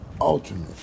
ultimate